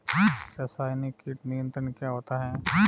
रसायनिक कीट नियंत्रण क्या होता है?